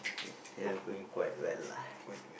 ya I'm going quite well lah